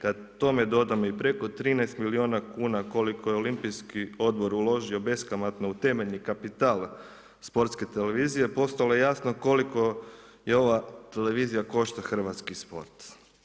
Kad tome dodamo i preko 13 milijuna kuna, koliko je Olimpijski odbor uložio beskamatno u temeljni kapital Sportske televizije, postalo je jasno koliko je ova televizija košta hrvatski sport.